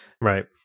right